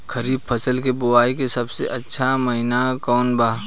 खरीफ फसल के बोआई के सबसे अच्छा महिना कौन बा?